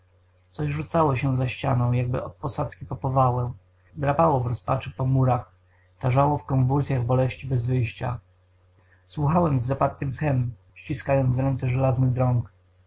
coś rzucało się za ścianą jakby od posadzki po powałę drapało w rozpaczy po murach tarzało w konwulsyach boleści bez wyjścia słuchałem z zapartym tchem ściskając w ręce żelazny